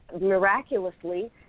miraculously